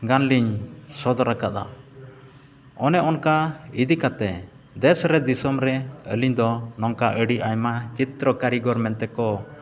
ᱜᱟᱱ ᱞᱤᱧ ᱥᱚᱫᱚᱨ ᱠᱟᱫᱟ ᱚᱱᱮ ᱚᱱᱠᱟ ᱤᱫᱤ ᱠᱟᱛᱮᱫ ᱫᱮᱥ ᱨᱮ ᱫᱤᱥᱚᱢ ᱨᱮ ᱟᱹᱞᱤᱧ ᱫᱚ ᱱᱚᱝᱠᱟ ᱟᱹᱰᱤ ᱟᱭᱢᱟ ᱪᱤᱛᱨᱚ ᱠᱟᱹᱨᱤᱜᱚᱨ ᱢᱮᱱ ᱛᱮᱠᱚ